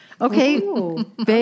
Okay